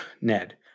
Ned